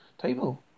table